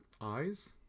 eyes